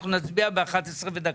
אנחנו נצביע ב-11:01.